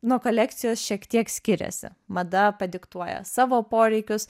nuo kolekcijos šiek tiek skiriasi mada padiktuoja savo poreikius